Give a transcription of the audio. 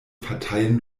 parteien